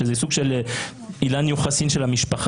שזה סוג של אילן יוחסין של המשפחה,